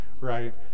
right